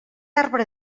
arbre